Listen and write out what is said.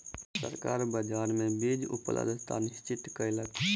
सरकार बाजार मे बीज उपलब्धता निश्चित कयलक